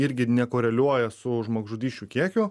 irgi nekoreliuoja su žmogžudysčių kiekiu